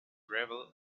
gravel